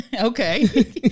Okay